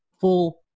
full